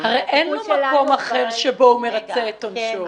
--- הרי אין לו מקום אחר שבו הוא מרצה את עונשו.